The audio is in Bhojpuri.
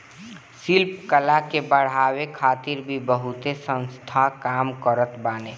शिल्प कला के बढ़ावे खातिर भी बहुते संस्थान काम करत बाने